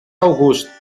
august